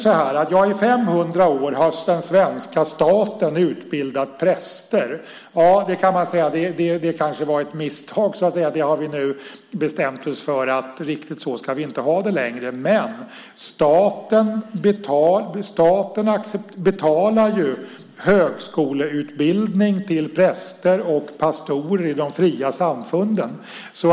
I 500 år har den svenska staten utbildat präster. Ja, man kan säga att det kanske var ett misstag. Nu har vi bestämt oss för att riktigt så ska vi inte längre ha det. Men staten betalar ju för högskoleutbildning för präster och pastorer i de fria samfunden.